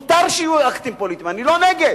מותר שיהיו אקטים פוליטיים, אני לא נגד.